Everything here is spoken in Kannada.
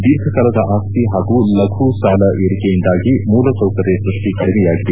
ದೀರ್ಘಕಾಲದ ಆಶ್ತಿ ಹಾಗೂ ಲಘು ಸಾಲ ಏರಿಕೆಯಿಂದಾಗಿ ಮೂಲ ಸೌಕರ್ಯ ಸೃಷ್ಟಿ ಕಡಿಮೆಯಾಗಿದೆ